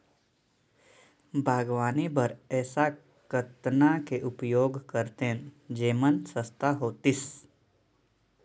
बागवानी बर ऐसा कतना के उपयोग करतेन जेमन सस्ता होतीस?